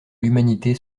l’humanité